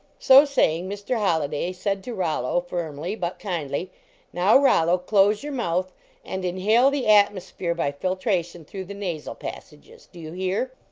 so saying, mr. holliday said to rollo firmly, but kindly now, rollo, close your mouth and in hale the atmosphere by filtration through the nasal passages do you hear?